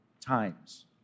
times